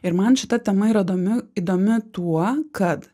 ir man šita tema yra įdomi įdomi tuo kad